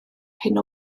hyn